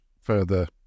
further